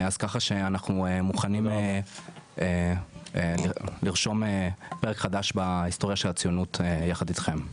אז ככה שאנחנו מוכנים לרשום פרק חדש בהיסטוריה של הציונות יחד אתכם.